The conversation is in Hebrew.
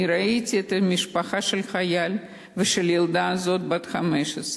אני ראיתי את המשפחה של החייל ושל הילדה הזאת בת ה-15,